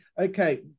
Okay